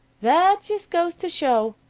that just goes to show,